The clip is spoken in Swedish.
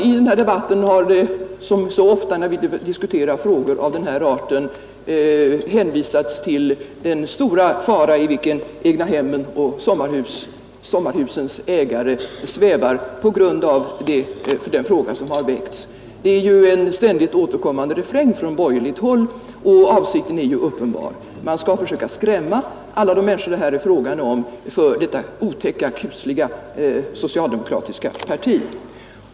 I debatten har det, liksom så ofta när vi diskuterar frågor av den här arten, hänvisats till den stora fara i vilken egnahemmens och sommarhusens ägare svävar på grund av den fråga som har väckts. Detta är en ständigt återkommande refräng från borgerligt håll, och avsikten är uppenbar: man vill försöka skrämma alla de människor som äger sådana hus för detta otäcka, kusliga socialdemokratiska parti.